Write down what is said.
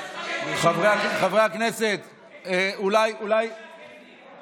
חברי הכנסת, אולי חבר הכנסת ינון